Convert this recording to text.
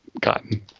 gotten